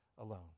alone